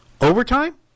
Overtime